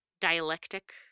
dialectic